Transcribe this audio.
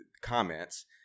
comments